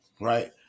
right